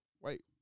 Wait